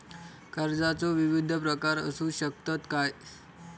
कर्जाचो विविध प्रकार असु शकतत काय?